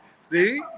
see